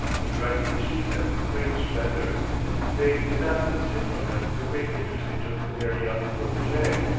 the director received them with great splendor they did not conceal from him the great interest they took in their young protege,